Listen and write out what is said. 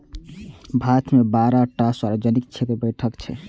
भारत मे बारह टा सार्वजनिक क्षेत्रक बैंक छै